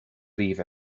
leave